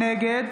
נגד